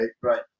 right